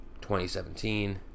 2017